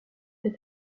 est